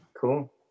Cool